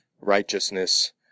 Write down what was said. righteousness